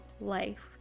life